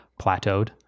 plateaued